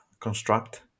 construct